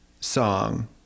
song